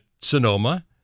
Sonoma